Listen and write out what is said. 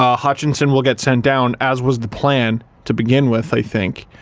ah hutchinson will get sent down, as was the plan to begin with, i think.